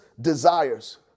desires